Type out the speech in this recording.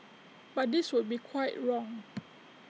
but this would be quite wrong